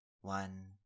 One